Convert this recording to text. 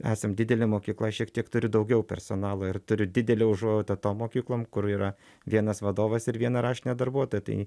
esam didelė mokykla šiek tiek turi daugiau personalo ir turiu didelę užuojautą tom mokyklom kur yra vienas vadovas ir viena raštinė darbuotoja tai